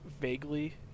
vaguely